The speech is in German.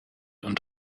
und